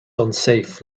unsafe